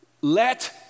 let